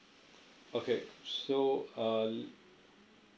okay so uh